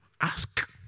Ask